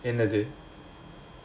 என்னது:ennathu